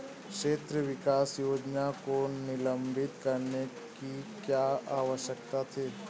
क्षेत्र विकास योजना को निलंबित करने की क्या आवश्यकता थी?